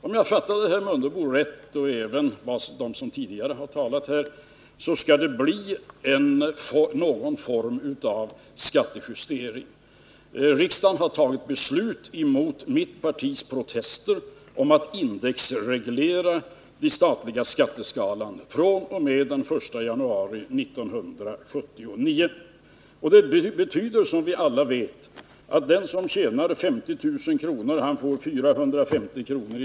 Om jag fattade herr Mundebo rätt och även dem som tidigare har talat här, så skall det bli någon form av skattejustering. Riksdagen har fattat beslut, mot mitt partis protester, om att indexreglera den statliga skatteskalan fr.o.m. den I januari 1979. Det betyder, som vi alla vet, att den som tjänar 50 000 kr. får 450 kr.